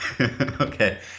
Okay